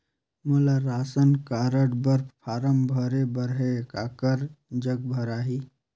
मोला ration card बर form भरे बर हे काकर जग भराही?